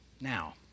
Now